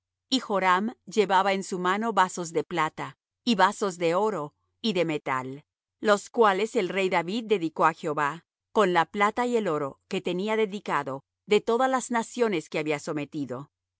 y joram llevaba en su mano vasos de plata y vasos de oro y de metal los cuales el rey david dedicó á jehová con la plata y el oro que tenía dedicado de todas las naciones que había sometido